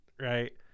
Right